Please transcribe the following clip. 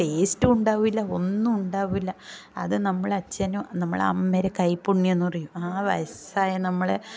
ടേസ്റ്റും ഉണ്ടാവില്ല ഒന്നും ഉണ്ടാവില്ല അത് നമ്മളെ അച്ഛനും നമ്മളെ അമ്മയുടെ കൈപ്പുണ്യം എന്ന് പറയും ആ വയസ്സായ നമ്മളെ